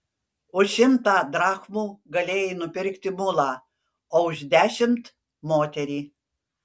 už šimtą drachmų galėjai nupirkti mulą o už dešimt moterį